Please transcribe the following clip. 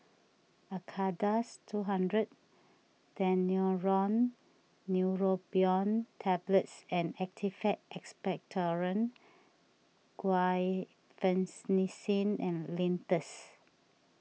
Acardust two hundred Daneuron Neurobion Tablets and Actified Expectorant Guaiphenesin Linctus